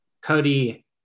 Cody